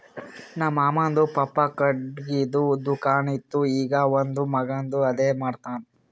ನಮ್ ಮಾಮಾದು ಪಪ್ಪಾ ಖಟ್ಗಿದು ದುಕಾನ್ ಇತ್ತು ಈಗ್ ಅವಂದ್ ಮಗಾನು ಅದೇ ಮಾಡ್ತಾನ್